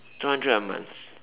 two hundred a month